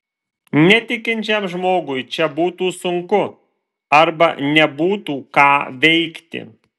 netikinčiam žmogui čia būtų sunku arba nebūtų ką veikti